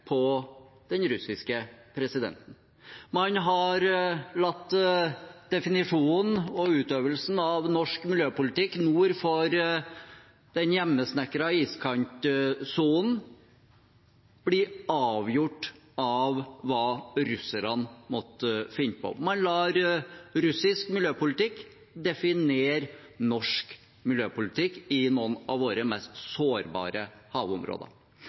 på den russiske presidenten. Man har latt definisjonen og utøvelsen av norsk miljøpolitikk nord for den hjemmesnekrede iskantsonen bli avgjort av hva russerne måtte finne på. Man lar russisk miljøpolitikk definere norsk miljøpolitikk i noen av våre mest sårbare havområder.